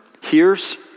hears